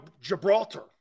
Gibraltar